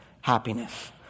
happiness